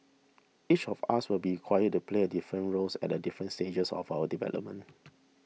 each of us will be required to play a different roles at a different stages of our development